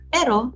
Pero